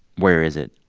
where is it?